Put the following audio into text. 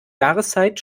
jahreszeit